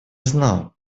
знал